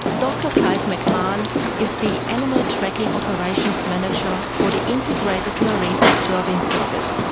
dr clive mcmahon is the animal tracking operations manager for the integrated marine observing service.